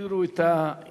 הגדירו את העיוור,